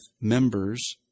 members